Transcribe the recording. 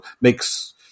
makes